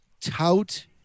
tout